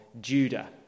Judah